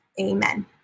Amen